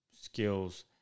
skills